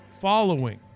Following